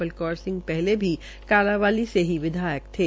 बलकौर सिंह पहले भी कालांवाली से ही विधायक थे